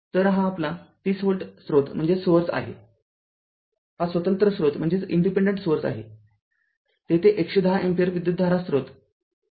तरहा आपला ३० व्होल्ट स्रोत आहे हा स्वतंत्र स्रोत आहे तेथे ११० अँपिअर विद्युतधारा स्रोत आहे